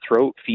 throat